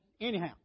anyhow